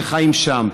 שחיים שם,